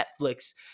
Netflix